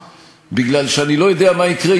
כמה --- שלא יהיה להם ייצוג.